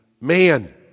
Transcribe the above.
man